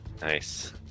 Nice